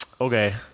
Okay